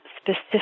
specific